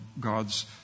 God's